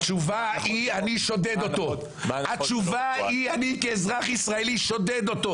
התשובה היא: אני שודד אותו.